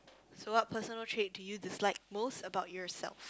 so what personal trait do you dislike most about yourself